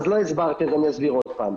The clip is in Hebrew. אז לא הסברתי, אני אסביר עוד פעם.